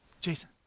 Jason